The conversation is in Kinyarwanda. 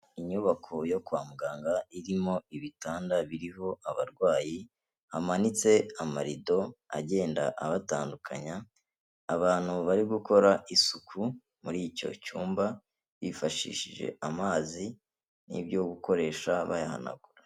Inyubako yo kwa muganga irimo ibitanda biriho abarwayi hamanitse amarido agenda abatandukanya abantu bari gukora isuku muri icyo cyumba bifashishije amazi n'ibyo gukoresha bayahanagura.